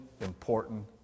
important